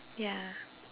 ya